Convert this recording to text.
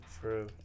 True